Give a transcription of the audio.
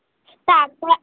তার তা